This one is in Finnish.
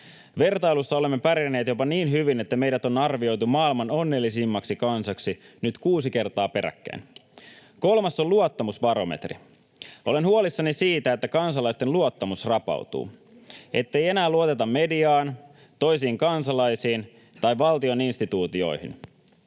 Vertailuissa olemme pärjänneet jopa niin hyvin, että meidät on arvioitu maailman onnellisimmaksi kansaksi nyt kuusi kertaa peräkkäin. Kolmas on luottamusbarometri. Olen huolissani siitä, että kansalaisten luottamus rapautuu: ettei enää luoteta mediaan, toisiin kansalaisiin tai valtion instituutioihin.